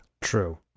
True